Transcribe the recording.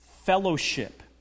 Fellowship